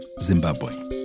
Zimbabwe